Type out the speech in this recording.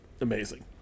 amazing